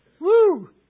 Woo